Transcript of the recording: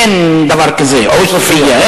אין דבר כזה עוספיא.